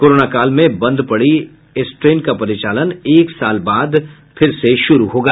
corona काल में बंद पड़ी इस ट्रेन का परिचालन एक साल बाद फिर से शुरू होगा